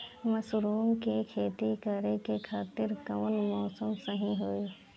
Mushroom के खेती करेके खातिर कवन मौसम सही होई?